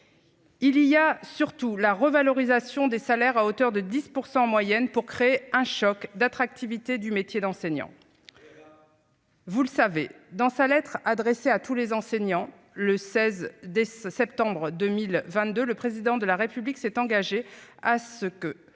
soir. Surtout, la revalorisation des salaires, à hauteur de 10 % en moyenne, permettra de créer un choc d'attractivité du métier d'enseignant. On verra ! Vous le savez, dans sa lettre adressée à tous les enseignants le 16 septembre 2022, le Président de la République s'est engagé à ce qu'aucun